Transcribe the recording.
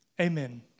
Amen